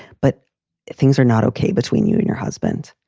but things are not ok between you and your husband.